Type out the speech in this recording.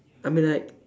I mean like